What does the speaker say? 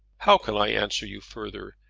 how can i answer you further?